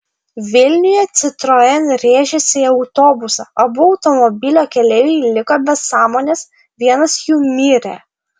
vilniuje citroen rėžėsi į autobusą abu automobilio keleiviai liko be sąmonės vienas jų mirė